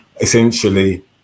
essentially